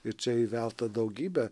ir čia įvelta daugybę